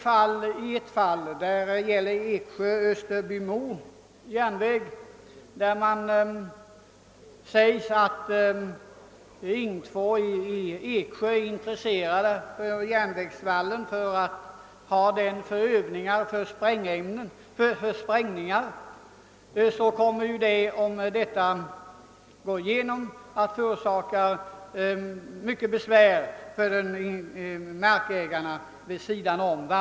I ett fall, som gäller Eksjö—Österbymo järnväg, sägs det att Ing 2 i Eksjö är intresserat av järnvägsvallen för att utnyttja den för sprängningsövningar. Om detta går igenom, kommer det att vålla mycket besvär för markägarna vid vallens sidor.